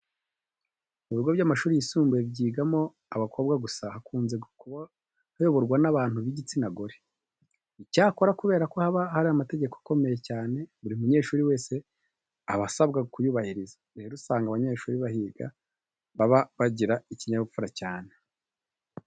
Mu bigo by'amashuri yisumbuye byigamo abakobwa gusa hakunze kuba hayoborwa n'abantu b'igitsina gore. Icyakora kubera ko haba hari amategeko akomeye cyane, buri munyeshuri wese aba asabwa kuyubahiriza. Rero usanga abanyeshuri bahiga baba bagira ikinyabupfura cyane.